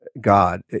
God